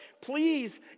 please